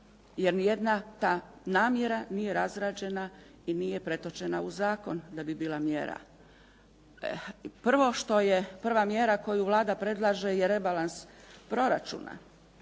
jer ni jedna ta namjera nije razrađena i nije pretočena u zakon da bi bila mjera. Prvo što je, prva mjera koju Vlada predlaže je rebalans proračuna,